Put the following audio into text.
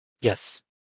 Yes